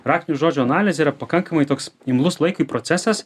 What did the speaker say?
raktinių žodžių analizė yra pakankamai toks imlus laikui procesas